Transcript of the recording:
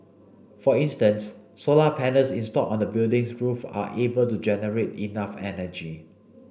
for instance solar panels installed on the building's roof are able to generate enough energy